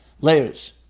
layers